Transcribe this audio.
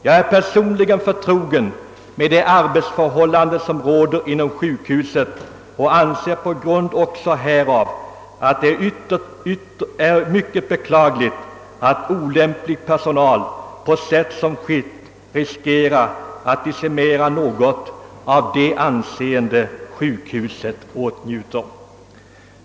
Jag är personligen förtrogen med de arbetsförhållanden, som råder inom sjukhuset, och anser med anledning härav att det är mycket beklagligt att olämplig personal på sätt som förekommit riskerar att i viss mån dra ned det anseende sjukhuset åtnjuter.